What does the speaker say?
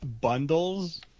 bundles